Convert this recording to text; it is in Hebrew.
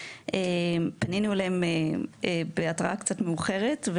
פנינו אליהם בהתראה קצת מאוחרת,